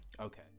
Okay